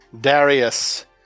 Darius